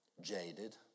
jaded